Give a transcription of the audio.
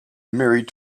married